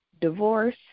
divorce